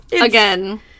Again